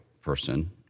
person